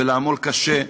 ולעמול קשה,